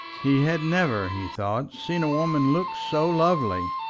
he had never, he thought, seen a woman look so lovely,